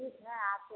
ठीक है आते हैं